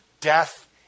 Death